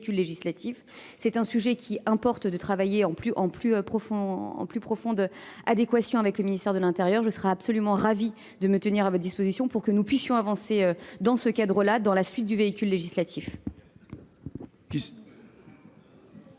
C'est un sujet qui importe de travailler en plus profonde adéquation avec le Ministère de l'Intérieur. Je serai absolument ravie de me tenir à votre disposition pour que nous puissions avancer dans ce cadre-là, dans la suite du véhicule législatif.